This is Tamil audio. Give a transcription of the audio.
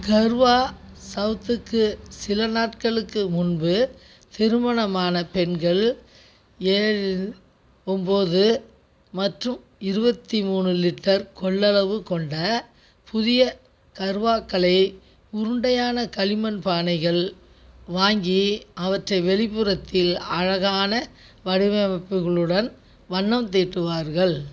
கர்வா சவுத்துக்கு சில நாட்களுக்கு முன்பு திருமணமான பெண்கள் ஏழு ஒம்போது மற்றும் இருபத்தி மூணு லிட்டர் கொள்ளளவு கொண்ட புதிய கர்வாக்களை உருண்டையான களிமண் பானைகள் வாங்கி அவற்றை வெளிப்புறத்தில் அழகான வடிவமைப்புகளுடன் வண்ணம் தீட்டுவார்கள்